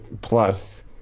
plus